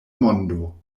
mondo